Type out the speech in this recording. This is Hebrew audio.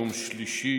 יום שלישי,